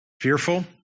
fearful